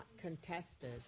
contested